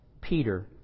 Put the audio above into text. Peter